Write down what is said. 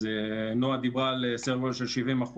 אז נועה דיברה על סדר גודל של 70%,